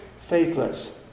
Faithless